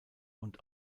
und